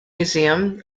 museum